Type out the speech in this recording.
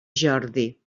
jordi